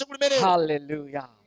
Hallelujah